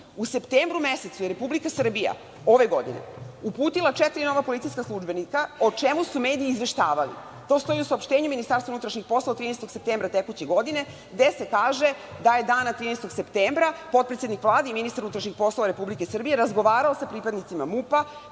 U septembru mesecu je Republika Srbija, ove godine, uputila četiri nova policijska službenika o čemu su mediji izveštavali. To stoji u saopštenju MUP-a od 13. septembra tekuće godine, gde se kaže da su dana 13. septembra potpredsednik Vlade i ministar unutrašnjih poslova razgovarali sa pripadnicima MUP-a